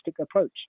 approach